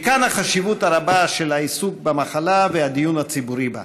מכאן החשיבות הרבה של העיסוק במחלה והדיון הציבורי בה.